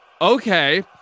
Okay